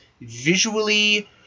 visually